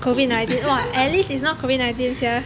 COVID